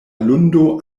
lundo